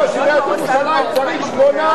ראש עיריית ירושלים צריך שמונה?